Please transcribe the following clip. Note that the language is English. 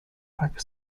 park